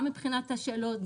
גם מבחינת השאלות,